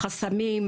החסמים,